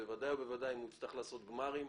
בוודאי ובוודאי אם הוא יצטרך לעשות גמרים.